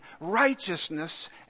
righteousness